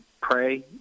pray